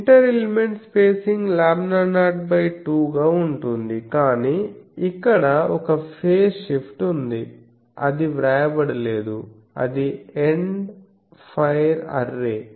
inter element spacing λ02 గా ఉంటుంది కానీ ఇక్కడ ఒక ఫేజ్ షిఫ్ట్ ఉంది ఇది వ్రాయబడలేదు అది ఎండ్ ఫైర్ అర్రే